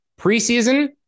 preseason